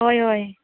होय होय